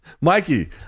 Mikey